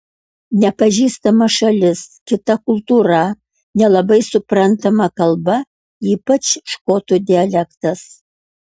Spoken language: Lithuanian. nepažįstama šalis kita kultūra nelabai suprantama kalba ypač škotų dialektas